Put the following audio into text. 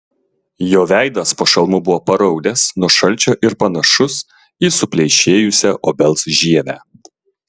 jo veidas po šalmu buvo paraudęs nuo šalčio ir panašus į supleišėjusią obels žievę